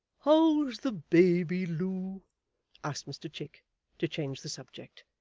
how's the baby, loo asked mr chick to change the subject.